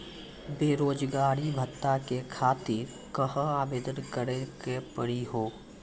बेरोजगारी भत्ता के खातिर कहां आवेदन भरे के पड़ी हो?